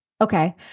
Okay